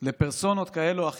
לפרסונות כאלה או אחרות,